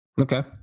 Okay